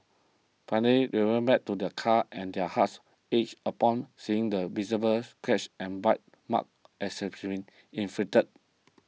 finally they went back to their car and their hearts ached upon seeing the visible scratches and bite marks inflicted